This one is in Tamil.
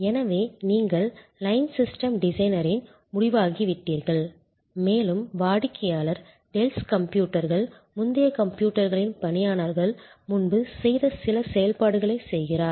எனவே நீங்கள் லைன் சிஸ்டம் டிசைனரின் முடிவாகிவிட்டீர்கள் மேலும் வாடிக்கையாளர் டெல்ஸ் கம்ப்யூட்டர்கள் முந்தைய கம்ப்யூட்டர்களின் பணியாளர்கள் முன்பு செய்த சில செயல்பாடுகளைச் செய்கிறார்